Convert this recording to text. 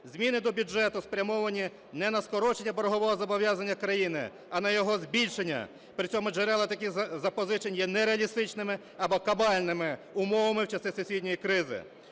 Зміни до бюджету спрямовані не на скорочення боргового зобов’язання країни, а на його збільшення, при цьому джерела таких запозичень є нереалістичними або кабальними умовами в часи всесвітньої кризи.